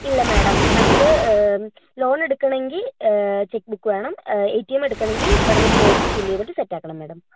ഇല്ല മാഡം നമുക്ക് ലോൺ എടുക്കണമെങ്കിൽ ചെക്ക് ബുക്ക് വേണം എ ടിഎം എടുക്കണമെങ്കിൽ ഇവിടെ നിന്ന് ഫോം ഫിൽ ചെയ്തിട്ട് സെറ്റ് ആക്കണം മാഡം